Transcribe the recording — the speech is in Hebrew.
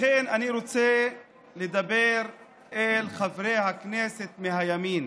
לכן, אני רוצה לדבר אל חברי הכנסת מהימין